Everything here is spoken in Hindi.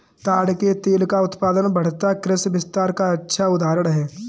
ताड़ के तेल का उत्पादन बढ़ना कृषि विस्तार का अच्छा उदाहरण है